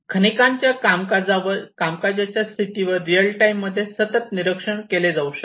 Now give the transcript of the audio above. खनिकांच्या कामकाजाच्या स्थितीवर रिअल टाइममध्ये सतत निरीक्षण केले जाऊ शकते